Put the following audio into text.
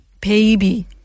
Baby